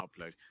Upload